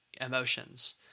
emotions